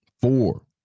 four